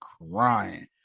crying